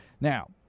Now